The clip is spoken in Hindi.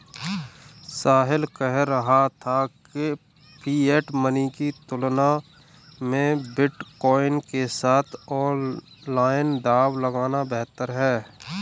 साहिल कह रहा था कि फिएट मनी की तुलना में बिटकॉइन के साथ ऑनलाइन दांव लगाना बेहतर हैं